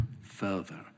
further